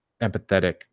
empathetic